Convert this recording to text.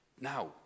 Now